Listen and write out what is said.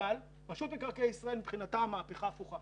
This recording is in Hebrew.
אלא שמבחינת רשות מקרקעי ישראל המהפכה היא הפוכה: